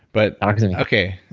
but ah okay.